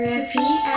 Repeat